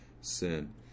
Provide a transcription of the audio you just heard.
sin